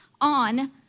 on